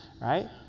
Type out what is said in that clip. Right